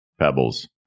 pebbles